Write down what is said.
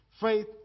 Faith